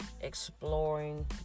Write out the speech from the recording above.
Exploring